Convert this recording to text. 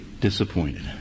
disappointed